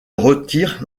retire